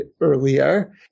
earlier